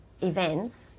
events